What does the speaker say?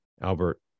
Albert